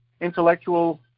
intellectual